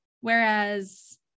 Whereas